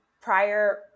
prior